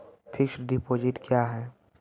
Fixed deposit क्या हैं?